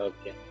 Okay